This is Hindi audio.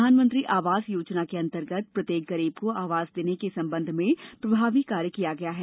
प्रधानमंत्री आवास योजना के अंतर्गत प्रत्येक गरीब को आवास देने के संबंध में प्रभावी कार्य किया गया है